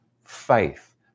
faith